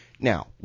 Now